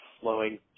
flowing